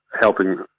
helping